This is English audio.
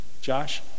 Josh